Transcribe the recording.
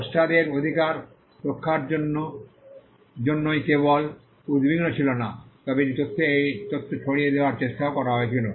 স্রষ্টাদের অধিকার রক্ষার জন্যই কেবল উদ্বিগ্ন ছিল না তবে এটি তথ্য ছড়িয়ে দেওয়ার চেষ্টাও করা হয়েছিল